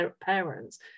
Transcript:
parents